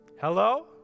Hello